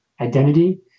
identity